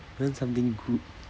you want something good